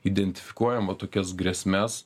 identifikuojam vat tokias grėsmes